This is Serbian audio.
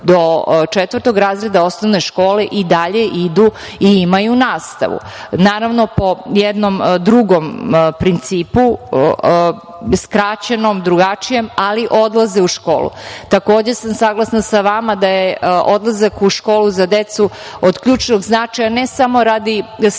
do četvrtog razreda osnovne škole, i dalje idu i imaju nastavu, naravno, po jednom drugom principu, skraćenom, drugačijem, ali odlaze u školu. Takođe, saglasna sam sa vama da je odlazak u školu za decu od ključnog značaja, ne samo radi sticanja